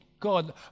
God